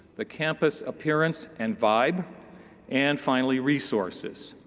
the campus appearance and vibe and finally resources.